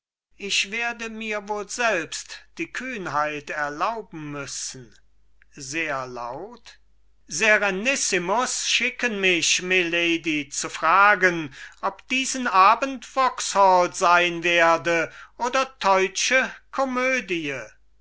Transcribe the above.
sein ich werde mir wohl selbst die kühnheit erlauben müssen sehr laut serenissimus schicken mich milady zu fragen ob diesen abend vauxhall sein werde oder deutsche komödie